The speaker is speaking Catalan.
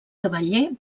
cavaller